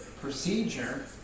procedure